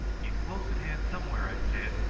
he's close at hand somewhere, i said.